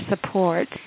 support